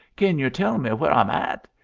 kin yer tell me where i'm at?